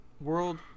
World